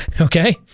Okay